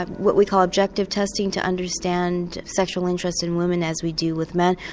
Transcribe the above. ah what we call objective testing to understand sexual interest in women as we do with men.